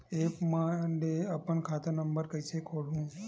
App म ले अपन खाता नम्बर कइसे खोलहु?